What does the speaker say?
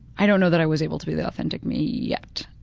i don't know that i was able to be the authentic me yet,